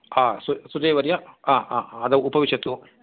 आ सुजयवर्य अ आदौ उपविशतु